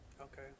Okay